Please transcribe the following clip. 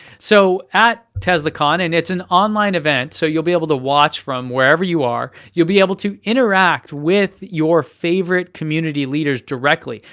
so at teslacon, and it's an online event, so you'll be able to watch from wherever you are, you'll be able to interact with your favorite community leaders directly.